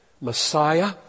Messiah